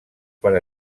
per